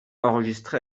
enregistré